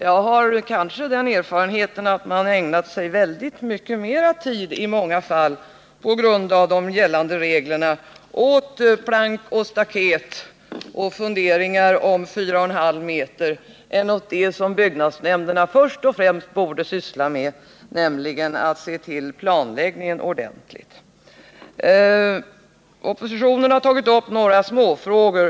Jag har den erfarenheten att man på grund av gällande regler i många fall kanske ägnat mer tid åt plank och staket samt åt funderingar om 4,5 meter än åt det som byggnadsnämnderna först och främst borde syssla med, nämligen att se till planläggningen ordentligt. Oppositionen har tagit upp några småfrågor.